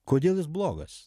kodėl jis blogas